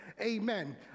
Amen